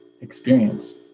experience